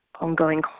ongoing